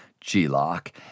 G-lock